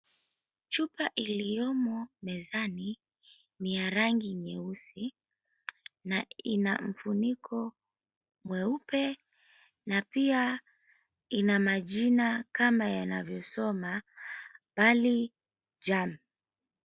Chupa iliyoko mezani ni ya rangi nyeusi na ina kifuniko cheupe na pia ina majina kama yanavyosoma Belgium.